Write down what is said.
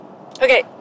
Okay